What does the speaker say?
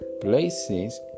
places